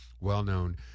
well-known